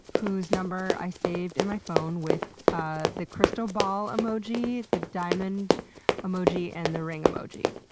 whose number i saved in my phone with ah the crystal ball emoji, the diamond emoji, and the ring emoji.